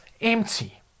empty